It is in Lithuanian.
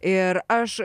ir aš